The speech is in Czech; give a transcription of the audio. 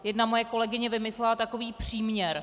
Jedna moje kolegyně vymyslela takový příměr.